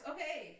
Okay